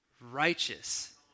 Righteous